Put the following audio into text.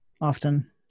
Often